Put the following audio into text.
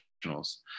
professionals